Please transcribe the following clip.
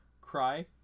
cry